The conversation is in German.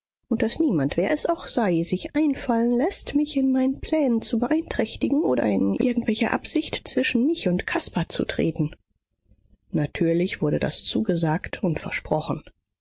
und daß niemand wer es auch sei sich einfallen läßt mich in meinen plänen zu beeinträchtigen oder in irgendwelcher absicht zwischen mich und caspar zu treten natürlich wurde das zugesagt und versprochen